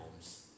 homes